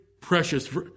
precious